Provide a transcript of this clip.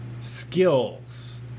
skills